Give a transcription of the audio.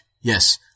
Yes